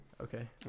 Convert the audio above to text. Okay